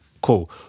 cool